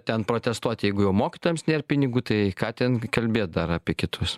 ten protestuoti jeigu jau mokytojams nėra pinigų tai ką ten kalbėt dar apie kitus